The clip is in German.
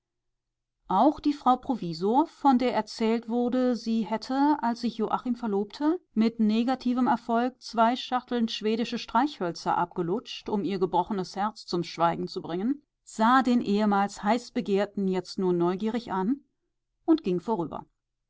auch die frau provisor von der erzählt wurde sie hätte als sich joachim verlobte mit negativem erfolg zwei schachteln schwedische streichhölzer abgelutscht um ihr gebrochenes herz zum schweigen zu bringen sah den ehemals heißbegehrten jetzt nur neugierig an und ging vorüber